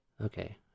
Okay